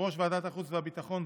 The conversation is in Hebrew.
יושב-ראש ועדת החוץ והביטחון,